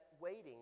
waiting